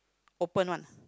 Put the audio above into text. open one